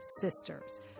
sisters